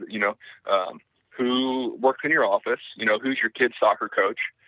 you know um who works in your office, you know, who is your kid's soccer coach,